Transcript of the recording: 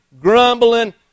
grumbling